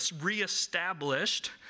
reestablished